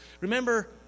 Remember